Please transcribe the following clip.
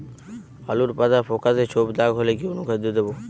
আলুর পাতা ফেকাসে ছোপদাগ হলে কি অনুখাদ্য দেবো?